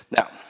Now